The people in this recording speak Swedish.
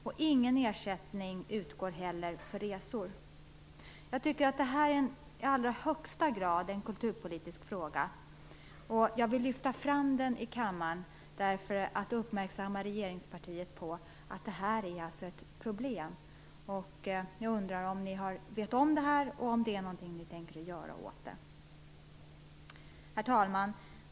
Det utgår inte heller någon ersättning för resor. Jag tycker att det i allra högsta grad är en kulturpolitisk fråga. Jag vill lyfta fram den i kammaren för att uppmärksamma regeringspartiet på att detta är ett problem. Jag undrar om ni vet om det, och om ni tänker göra något åt det. Herr talman!